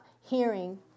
hearing